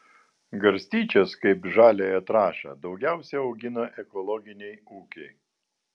garstyčias kaip žaliąją trąšą daugiausiai augina ekologiniai ūkiai